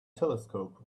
telescope